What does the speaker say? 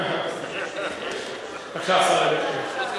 עכשיו השר אדלשטיין.